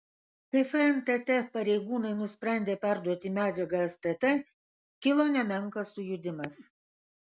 kai fntt pareigūnai nusprendė perduoti medžiagą stt kilo nemenkas sujudimas